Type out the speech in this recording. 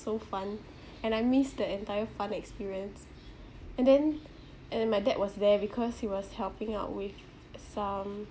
so fun and I miss the entire fun experience and then and then my dad was there because he was helping out with some